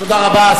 תודה רבה.